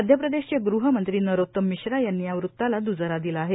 मध्यप्रदेशचे गृह मंत्री नरोत्तम मिश्रा यांनी या वृत्ताला दुजोरा दिला आहे